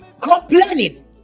complaining